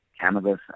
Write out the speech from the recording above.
cannabis